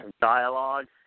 dialogue